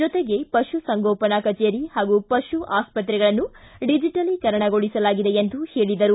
ಜೊತೆಗೆ ಪಶಸಂಗೋಪನಾ ಕಚೇರಿ ಹಾಗೂ ಪಶು ಆಸ್ಪತ್ರೆಗಳನ್ನು ಡಿಜಿಟಲೀಕರಣಗೊಳಿಸಲಾಗಿದೆ ಎಂದರು